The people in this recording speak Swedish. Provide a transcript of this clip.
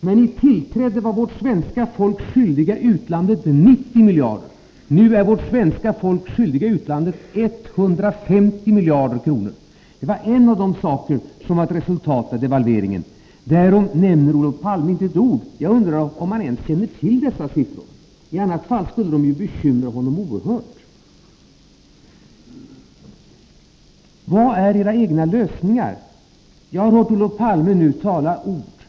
När ni tillträdde var vårt svenska folk skyldigt utlandet 90 miljarder. Nu är vårt svenska folk skyldigt utlandet 150 miljarder kronor. Det var ett av resultaten av devalveringen. Därom nämnde Olof Palme inte ett ord. Jag undrar om han ens känner till dessa siffror — i annat fall skulle de bekymra honom oerhört. Vilka är era egna lösningar? Jag har hört Olof Palme nu tala ut.